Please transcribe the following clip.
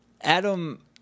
Adam